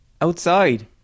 Outside